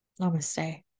Namaste